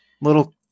little